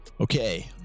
okay